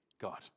God